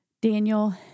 Daniel